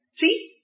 See